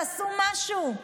עשו משהו.